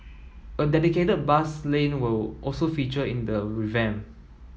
a dedicated bus lane will also feature in the revamp